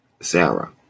Sarah